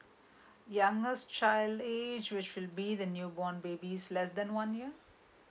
youngest child age which will be the new born baby less than one year